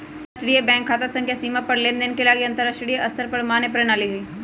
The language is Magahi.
अंतरराष्ट्रीय बैंक खता संख्या सीमा पार लेनदेन के लागी अंतरराष्ट्रीय स्तर पर मान्य प्रणाली हइ